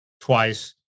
twice